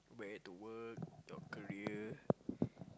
where to work your career